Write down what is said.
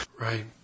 Right